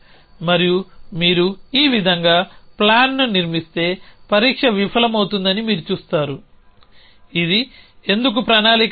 మరియు మీరు ఈ విధంగా ప్లాన్ని నిర్మిస్తే పరీక్ష విఫలమవుతుందని మీరు చూస్తారు ఇది ఎందుకు ప్రణాళిక కాదు